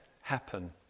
happen